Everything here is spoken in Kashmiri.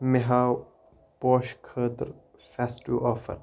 مےٚ ہاو پوشن خٲطرٕ فیسٹو آفر